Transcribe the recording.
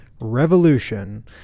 Revolution